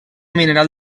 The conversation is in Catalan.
mineral